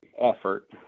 effort